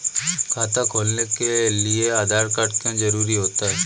खाता खोलने के लिए आधार कार्ड क्यो जरूरी होता है?